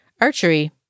Archery